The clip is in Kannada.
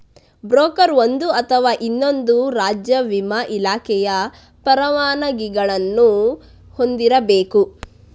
ಬ್ರೋಕರ್ ಒಂದು ಅಥವಾ ಇನ್ನೊಂದು ರಾಜ್ಯ ವಿಮಾ ಇಲಾಖೆಯ ಪರವಾನಗಿಗಳನ್ನು ಹೊಂದಿರಬೇಕು